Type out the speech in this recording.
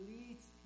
leads